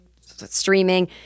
streaming